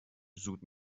زود